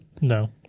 No